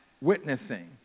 witnessing